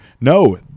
No